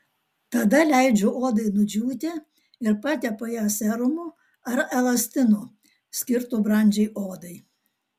tada leidžiu odai nudžiūti ir patepu ją serumu ar elastinu skirtu brandžiai odai